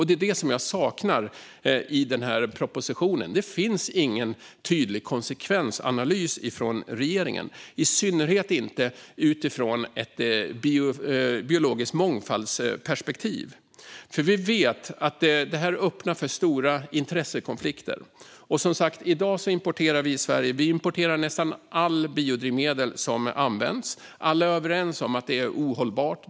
Det är det som jag saknar i den här propositionen; det finns ingen tydlig konsekvensanalys från regeringen, i synnerhet inte när det gäller biologisk mångfald. Vi vet att detta öppnar för stora intressekonflikter. I dag importerar Sverige nästan allt biodrivmedel som används. Alla är överens om att detta är ohållbart.